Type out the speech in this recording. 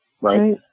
Right